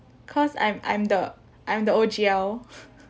cause I'm I'm the I'm the O_G_L